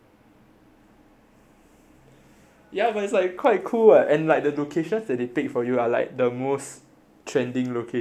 ya but it's like quite cool [one] and like the locations that they pick for you are like the most trending locations like silicon valley or